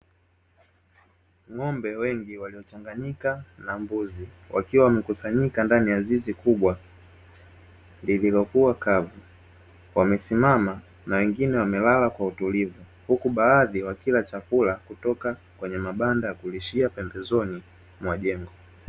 Ng'ombe wengi waliochanganyika na mbuzi wakiwa wamekusanyika ndani ya zizi kubwa lililokua kavu, wamesimama na wengine wamelala kwa utulivu huku baadhi wakila chakula kutoka kwenye mabanda ya kulishia pembezoni mwa jengo.